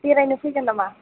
बेरायनो फैगोन नामा